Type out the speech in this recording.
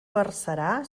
versarà